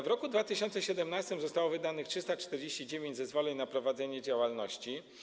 W roku 2017 zostało wydanych 349 zezwoleń na prowadzenie działalności.